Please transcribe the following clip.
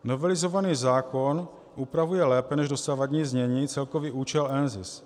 Novelizovaný zákon upravuje lépe než dosavadní znění celkový účel NZIS.